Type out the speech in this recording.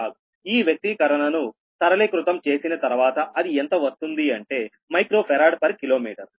0242 ఈ వ్యక్తీకరణను సరళీకృతం చేసిన తర్వాత అది ఎంత వస్తుంది అంటే మైక్రో ఫరాడ్ పర్ కిలోమీటర్